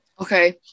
Okay